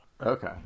Okay